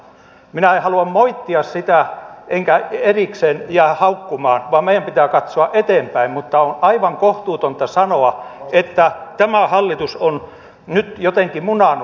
minä en halua moittia sitä enkä erikseen jäädä haukkumaan vaan meidän pitää katsoa eteenpäin mutta on aivan kohtuutonta sanoa että tämä hallitus on nyt jotenkin munannut